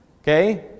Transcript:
Okay